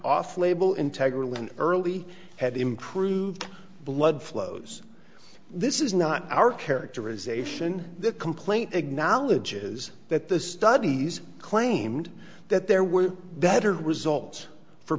off label integrity and early had improved blood flows this is not our character as ation the complaint acknowledges that the studies claimed that there were better results for